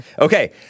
Okay